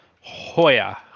Hoya